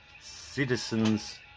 citizens